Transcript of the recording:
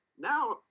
Now